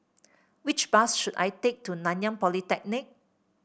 which bus should I take to Nanyang Polytechnic